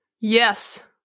yes